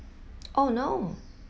oh no